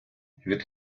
від